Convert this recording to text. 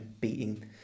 beating